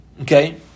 Okay